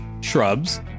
shrubs